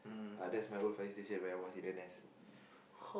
uh that's my old fire station where I was in N_S